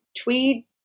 tweed